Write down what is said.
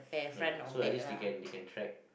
ya so at least they can they can track